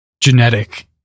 genetic